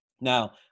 Now